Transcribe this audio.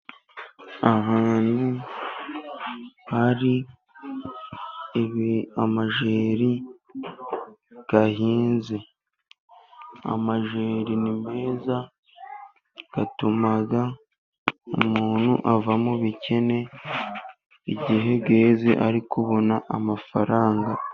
Ahantu hari amajeri ahinze. Amajeri ni meza, atuma umuntu ava mu bukene igihe yeze, ari kubona amafaranga.